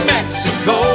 Mexico